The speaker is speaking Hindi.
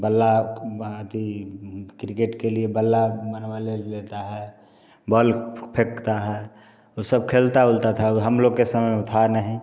बल्ला बनाती क्रिकेट के लिए बल्ला बनवा लेता है बॉल फेंकता है वो सब खेलता ओलता था हम लोग के समय में था नहीं